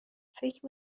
فکر